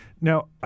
Now